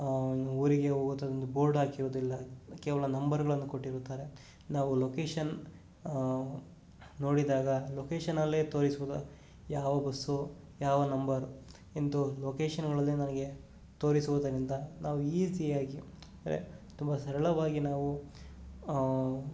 ಊರಿಗೆ ಹೋದ್ರೆ ಒಂದು ಬೋರ್ಡ್ ಹಾಕಿರುವುದಿಲ್ಲ ಕೇವಲ ನಂಬರ್ಗಳನ್ನು ಕೊಟ್ಟಿರುತ್ತಾರೆ ನಾವು ಲೊಕೇಶನ್ ನೋಡಿದಾಗ ಲೊಕೇಶನಲ್ಲೇ ತೋರಿಸುವುದು ಯಾವ ಬಸ್ಸು ಯಾವ ನಂಬರ್ ಎಂದು ಲೊಕೇಶನ್ಗಳಲ್ಲೇ ನಮಗೆ ತೋರಿಸುವುದರಿಂದ ನಾವು ಈಸಿಯಾಗಿ ತುಂಬ ಸರಳವಾಗಿ ನಾವು